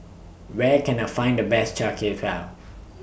Where Can I Find The Best Char Kway Teow